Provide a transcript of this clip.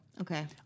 okay